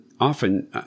often